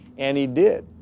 and he did.